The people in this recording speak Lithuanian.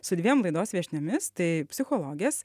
su dviem laidos viešniomis tai psichologės